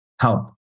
help